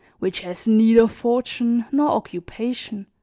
which has neither fortune nor occupation,